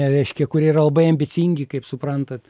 reiškia kurie yra labai ambicingi kaip suprantat